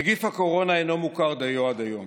נגיף הקורונה אינו מוכר דיו עד היום.